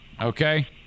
okay